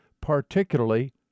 particularly